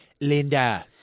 Linda